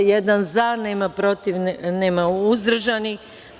Jedan za, nema protiv, nema uzdržanih.